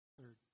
Third